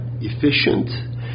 efficient